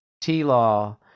T-Law